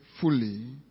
fully